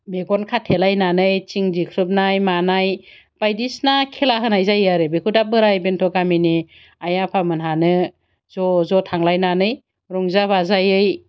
मेगन खाथेलायनानै थिं दिख्रुबनाय मानाय बायदिसिना खेला होनाय जायो आरो बेखौ दा बोराय बेन्थ' गामिनि आइ आफा मोनहानो ज' ज' थांलायनानै रंजा बाजायै